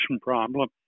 problem